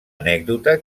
anècdota